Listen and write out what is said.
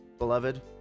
beloved